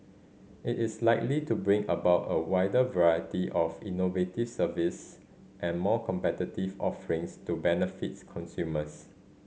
it is likely to bring about a wider variety of innovative services and more competitive offerings to benefits consumers